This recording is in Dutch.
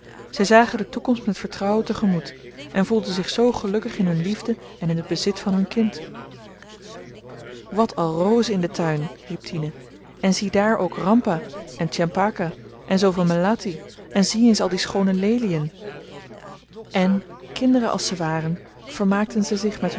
zy zagen de toekomst met vertrouwen te-gemoet en voelden zich zoo gelukkig in hun liefde en in t bezit van hun kind wat al rozen in den tuin riep tine en ziedaar ook rampeh en tjempaka en zooveel melati en zie eens al die schoone lelien en kinderen als ze waren vermaakten zy zich met